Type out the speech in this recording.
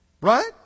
Right